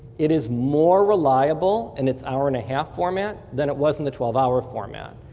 it is more reliable in its hour and a half format than it was in the twelve hour format.